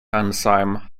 enzyme